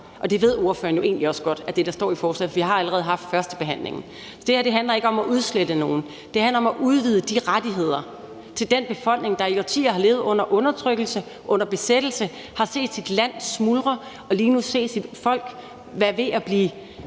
Det ved ordføreren jo egentlig også godt er det, der står i beslutningsforslaget, for vi har allerede haft første behandling. Så det her handler ikke om at udslette nogen. Det handler om at udvide rettigheder til en befolkning, der i årtier har levet under undertrykkelse og under besættelse, og som har set sit land smuldre og lige nu ser sit folk være ved at blive